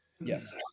Yes